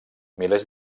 milers